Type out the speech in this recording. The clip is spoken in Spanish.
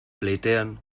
pleitean